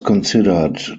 considered